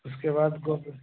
उसके बाद गोभी